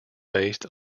based